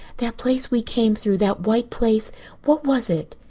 that place we came through that white place what was it?